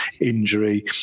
injury